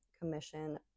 commission